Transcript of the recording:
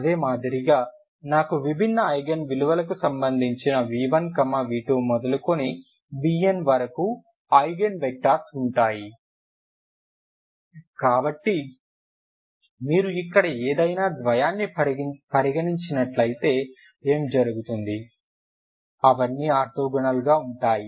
అదే మాదిరిగా నాకు విభిన్న ఐగెన్ విలువలకు అనుగుణంగా v2 v3 మొదలుకొని vn వరకు ఐగెన్ వెక్టర్స్ ఉంటాయి కాబట్టి మీరు ఇక్కడ ఏదైనా ద్వయాన్ని పరిగణించినట్లయితే ఏమి జరుగుతుంది అవన్నీ ఆర్తోగోనల్ గా ఉంటాయి